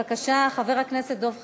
בבקשה, חבר הכנסת דב חנין.